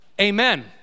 amen